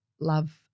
love